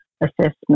assessment